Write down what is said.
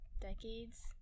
decades